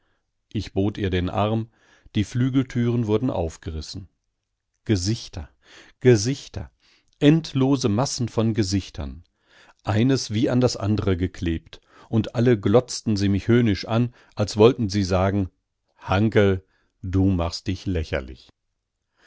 ich bot ihr den arm die flügeltüren wurden aufgerissen gesichter gesichter endlose massen von gesichtern eines wie an das andre geklebt und alle glotzten sie mich höhnisch an als wollten sie sagen hanckel du machst dich lächerlich